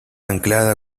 anclada